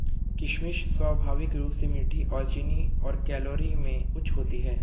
किशमिश स्वाभाविक रूप से मीठी और चीनी और कैलोरी में उच्च होती है